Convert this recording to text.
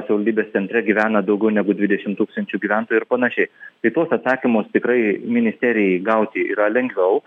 savivaldybės centre gyvena daugiau negu dvidešim tūkstančių gyventojų ir panašiai tai tuos atsakymus tikrai ministerijai gauti yra lengviau